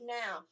now